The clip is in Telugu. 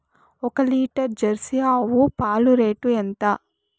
ఒక లీటర్ జెర్సీ ఆవు పాలు రేటు ఎంత?